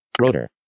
Rotor